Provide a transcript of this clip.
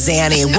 Zanny